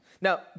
Now